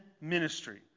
ministry